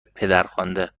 پدرخوانده